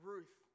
Ruth